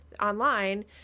online